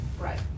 Right